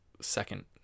second